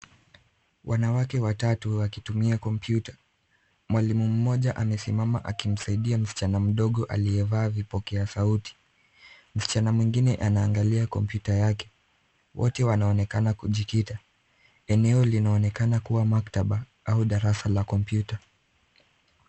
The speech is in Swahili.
Wanawake watatu wakitumia kompyuta. Mwalimu mmoja amesimama akimsaidia msichana mdogo aliyevaa vipokea sauti. Msichana mwingine anaangalia kompyuta yake. Wote wanaonekana kujikita. Eneo linaonekana kuwa maktaba au darasa la kompyuta.